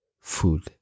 food